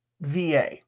VA